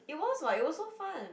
it was [what] it was so fun